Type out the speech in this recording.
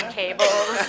cables